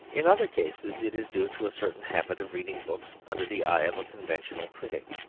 in other cases it is due to a certain habit of reading books under the eye of a conventional critic,